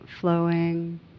flowing